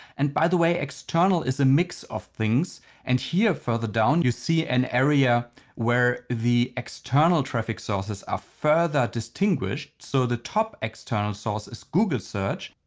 and by the way external is a mix of things and here further down you see an area where the external traffic sources are further distinguished. so the top external source is google search.